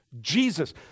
Jesus